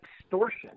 extortion